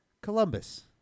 Columbus